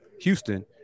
Houston